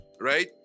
right